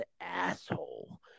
asshole